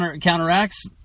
counteracts